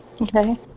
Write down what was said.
Okay